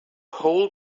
whole